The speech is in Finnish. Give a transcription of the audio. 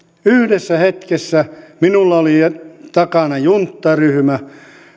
yhdessä hetkessä minulla oli takana junttaryhmä